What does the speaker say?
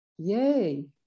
yay